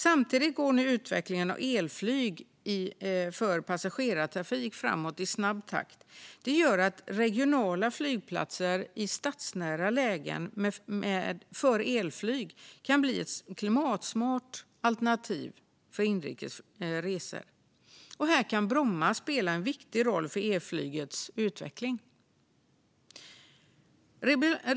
Samtidigt går nu utvecklingen av elflyg för passagerartrafik framåt i snabb takt. Det gör att regionala flygplatser för elflyg i stadsnära lägen kan bli ett klimatsmart alternativ för inrikes resor. Här kan Bromma spela en viktig roll för elflygets utveckling.